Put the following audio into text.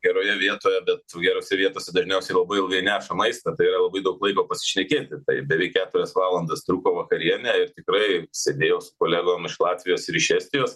geroje vietoje bet gerose vietose dažniausiai labai ilgai neša maistą tai yra labai daug laiko pasišnekėti tai beveik keturias valandas truko vakarienė ir tikrai sėdėjau su kolegom iš latvijos ir iš estijos